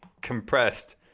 compressed